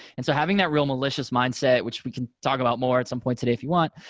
and so having that real malicious mindset, which we can talk about more at some point today if you want,